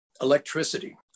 electricity